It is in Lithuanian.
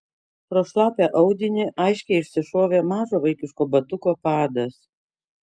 pro šlapią audinį aiškiai išsišovė mažo vaikiško batuko padas